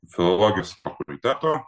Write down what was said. filologijos fakulteto